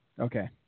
Okay